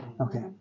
Okay